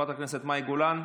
חברת הכנסת מאי גולן,